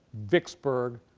vicksburg,